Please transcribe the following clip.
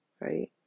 right